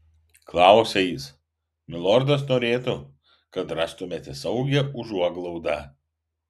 klausia jis milordas norėtų kad rastumėte saugią užuoglaudą